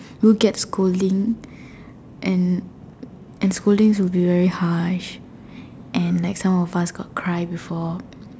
we'll get scolding and and scoldings will be very harsh and like some of us got cry before